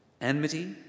Enmity